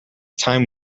time